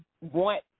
want